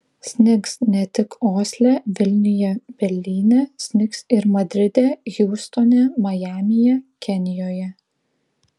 snigs ne tik osle vilniuje berlyne snigs ir madride hjustone majamyje kenijoje